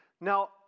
Now